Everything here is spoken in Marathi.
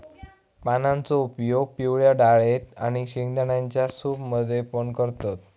पानांचो उपयोग पिवळ्या डाळेत आणि शेंगदाण्यांच्या सूप मध्ये पण करतत